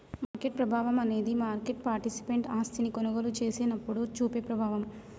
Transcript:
market ప్రభావం అనేది market participant ఆస్తిని కొనుగోలు చేసినప్పుడు చూపే ప్రభావం